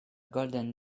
golden